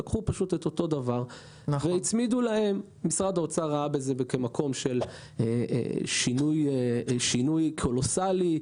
אלא שמשרד האוצר ראה בזה שינוי קולוסלי,